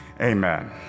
Amen